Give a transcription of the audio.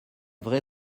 vrai